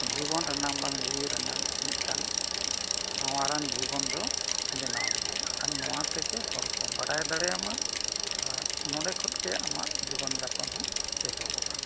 ᱡᱤᱵᱚᱱ ᱨᱮᱱᱟᱜ ᱵᱟᱝ ᱡᱤᱣᱤ ᱨᱮᱱᱟᱜ ᱢᱤᱫᱴᱟᱝ ᱥᱟᱶᱟᱨᱟᱱ ᱡᱤᱵᱚᱱ ᱫᱚ ᱵᱮᱱᱟᱣ ᱢᱮᱭᱟ ᱟᱨ ᱱᱚᱣᱟ ᱛᱮᱜᱮ ᱦᱚᱲ ᱠᱚ ᱵᱟᱰᱟᱭ ᱫᱟᱲᱮᱭᱟᱢᱟ ᱟᱨ ᱱᱚᱰᱮ ᱠᱷᱚᱱ ᱜᱮ ᱟᱢᱟᱜ ᱡᱤᱵᱚᱱᱡᱟᱯᱚᱱ ᱦᱚᱸ ᱮᱦᱚᱵᱚᱜᱼᱟ